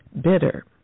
bitter